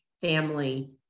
family